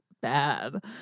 bad